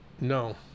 no